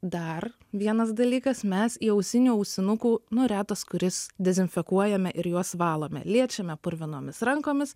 dar vienas dalykas mes įausinių ausinukų nu retas kuris dezinfekuojame ir juos valome liečiame purvinomis rankomis